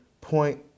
point